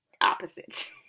opposites